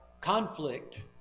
Conflict